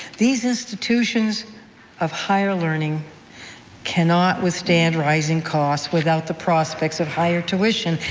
these institutions of higher learning cannot withstand rising costs without the prospects of higher tuition.